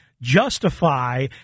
justify